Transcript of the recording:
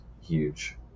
huge